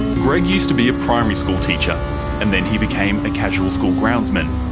greg used to be a primary school teacher and then he became a casual school groundsman.